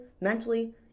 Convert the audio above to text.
mentally